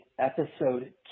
episode